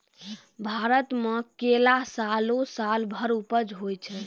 भारत मे केला सालो सालो भर उपज होय छै